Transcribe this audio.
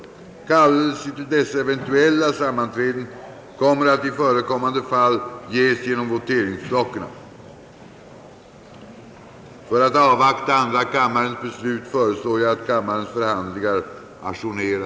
Kallelse till dessa eventuella sammanträden kommer att i förekommande fall ges genom voteringsklockorna.